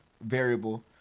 variable